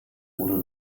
oder